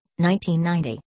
1990